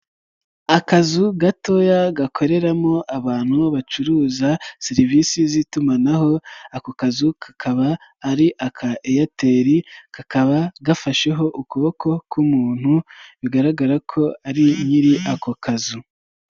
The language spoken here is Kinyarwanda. Akazu gatoya gakoreramo abantu bacuruza serivisi z'itumanaho ako kazu kakaba ari aka Airtel kakaba gafasheho ukuboko k'umuntu bigaragara ko ari nyiri ako kazu.